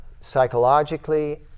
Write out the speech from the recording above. psychologically